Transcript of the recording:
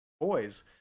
boys